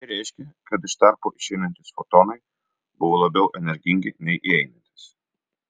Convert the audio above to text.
tai reiškia kad iš tarpo išeinantys fotonai buvo labiau energingi nei įeinantys